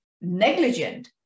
negligent